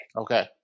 okay